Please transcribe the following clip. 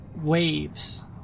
waves